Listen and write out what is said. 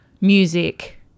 music